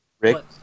Rick